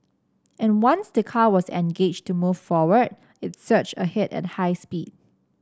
and once the car was engaged to move forward it surged ahead at high speed